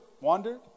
wandered